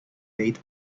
date